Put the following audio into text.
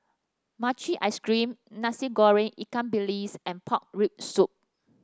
Mochi Ice Cream Nasi Goreng Ikan Bilis and Pork Rib Soup